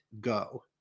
go